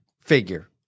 figure